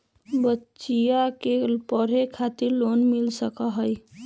कोई अईसन सामाजिक योजना हई जे से बच्चियां सब के फायदा हो सके?